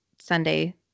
Sunday